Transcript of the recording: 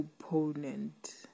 opponent